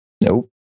Nope